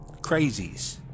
crazies